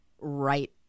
right